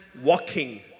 walking